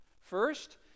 First